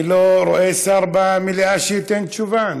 אני לא רואה שר במליאה שייתן תשובה.